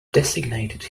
designated